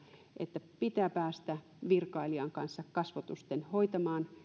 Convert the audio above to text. että pitää päästä virkailijan kanssa kasvotusten hoitamaan